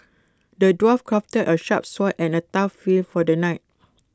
the dwarf crafted A sharp sword and A tough shield for the knight